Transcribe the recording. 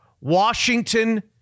Washington